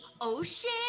ocean